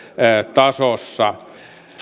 tasossa